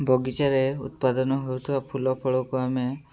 ବଗିଚାରେ ଉତ୍ପାଦନ ହେଉଥିବା ଫୁଲ ଫଳକୁ ଆମେ